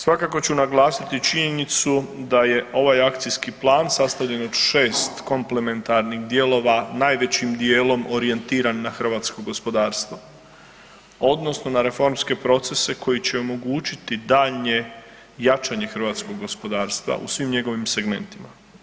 Svakako ću naglasiti i činjenicu da je ovaj akcijski plan sastavljen od 6 komplementarnih dijelova, najvećim dijelom orijentiran na hrvatsko gospodarstvo odnosno na reformske procese koji će omogućiti daljnje jačanje hrvatskog gospodarstva u svim njegovim segmentima.